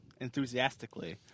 enthusiastically